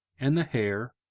and the hare,